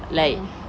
mmhmm